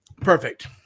Perfect